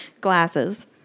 glasses